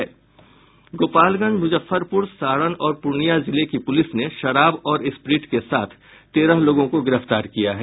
गोपालगंज मुजफ्फरपुर सारण और पूर्णिया जिले की पुलिस ने शराब और स्प्रीट के साथ तेरह लोगो को गिरफ्तार किया है